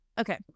okay